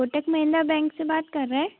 Kotak Mahindra bank से बात कर रहे हैं